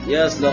Yes